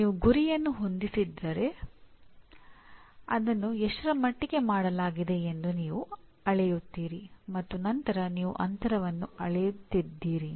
ನೀವು ಗುರಿಯನ್ನು ಹೊಂದಿಸಿದ್ದೀರಿ ಅದನ್ನು ಎಷ್ಟರ ಮಟ್ಟಿಗೆ ಮಾಡಲಾಗಿದೆ ಎಂದು ನೀವು ಅಳೆಯುತ್ತೀರಿ ಮತ್ತು ನಂತರ ನೀವು ಅಂತರವನ್ನು ಅಳೆಯುತ್ತಿದ್ದೀರಿ